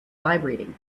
vibrating